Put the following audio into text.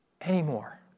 anymore